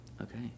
Okay